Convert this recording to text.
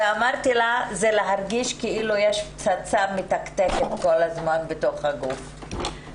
ואמרתי לה שזה להרגיש כאילו יש פצצה מתקתקת כל הזמן בתוך הגוף.